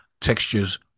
textures